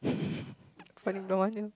finding door mana